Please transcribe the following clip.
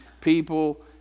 people